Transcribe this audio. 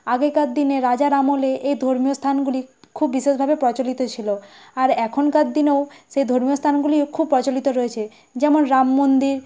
আগেকার দিনে রাজার আমলে এই ধর্মীয় স্থানগুলি খুব বিশেষভাবে প্রচলিত ছিল আর এখনকার দিনেও সেই ধর্মীয় স্থানগুলি খুব প্রচলিত রয়েছে যেমন রাম মন্দির